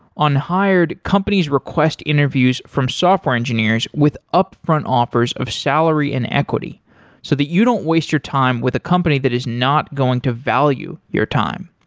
on hired, companies request interviews from software engineers with upfront offers of salary and equity so that you don't waste your time with a company that is not going to value your time.